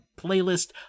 playlist